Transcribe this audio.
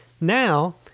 now